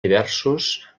diversos